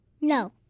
No